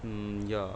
mm ya